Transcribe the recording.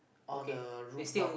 all the root board